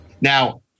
Now